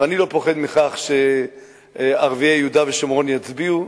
ואני לא פוחד מכך שערביי יהודה ושומרון יצביעו.